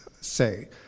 say